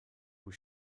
was